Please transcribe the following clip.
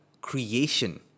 creation